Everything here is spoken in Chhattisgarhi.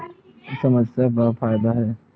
समस्या के का फ़ायदा हे?